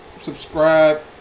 Subscribe